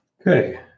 Okay